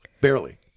barely